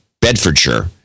Bedfordshire